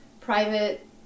private